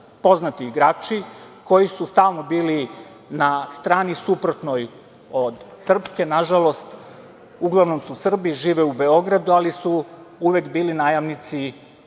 Poznati igrači koji su stalno bili na strani suprotnoj od srpske. Nažalost, uglavnom su Srbi, žive u Beogradu, ali su uvek bili najamnici